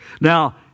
Now